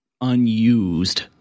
unused